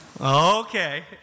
Okay